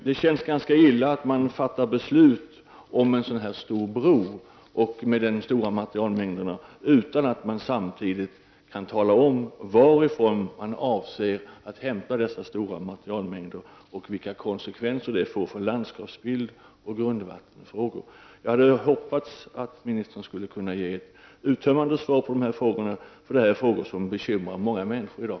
Det känns ganska illa att man fattar beslut om en sådan stor bro, med de stora materialmängderna, utan att man samtidigt kan tala om varifrån man avser att hämta dessa stora materialmängder och vilka konsekvenser det får för landskapsbilden och grundvattnet. Jag hade hoppats att ministern skulle kunna ge ett uttömmande svar på de här frågorna — det är frågor som bekymrar många människor i dag.